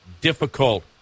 difficult